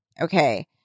okay